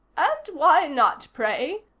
and why not, pray?